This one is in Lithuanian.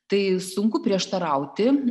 tai sunku prieštarauti